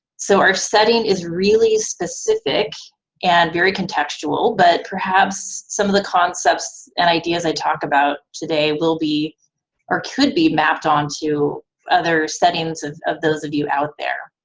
so our setting is really specific and very contextual. but perhaps some of the concepts and ideas i talk about today will be or could be mapped onto other settings of of those of you out there.